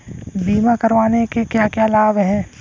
बीमा करवाने के क्या क्या लाभ हैं?